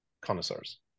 connoisseurs